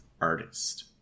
artist